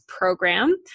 program